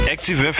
Active